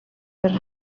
per